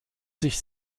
sich